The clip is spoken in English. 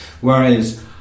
Whereas